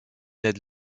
ned